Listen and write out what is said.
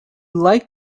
liked